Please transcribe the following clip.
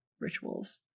rituals